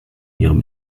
ihrem